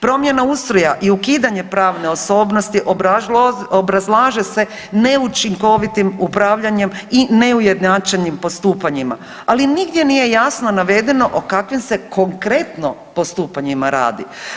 Promjena ustroja i ukidanje pravne osobnosti obrazlaže se neučinkovitim upravljanjem i neujednačenim postupanjima, ali nigdje nije jasno navedeno o kakvim se konkretno postupanjima radi.